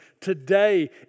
today